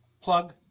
plug